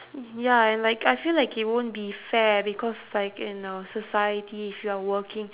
ya and like I feel like it won't be fair because like in a society if you are working